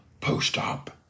post-op